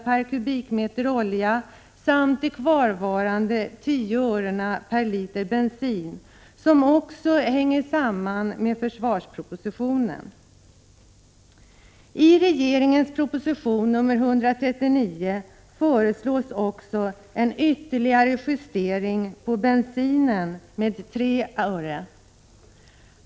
per kubikmeter olja samt kvarvarande 10 öre per liter bensin — som också hänger samman med försvarspropositionen. I regeringens proposition nr 139 föreslås också en ytterligare justering när det gäller bensin med 3 öre.